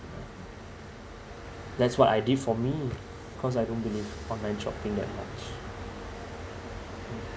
that's what I did for me cause I don't believe online shopping that much